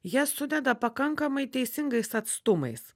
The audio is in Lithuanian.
jas sudeda pakankamai teisingais atstumais